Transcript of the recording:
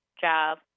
job